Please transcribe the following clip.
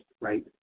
right